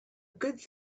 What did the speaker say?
good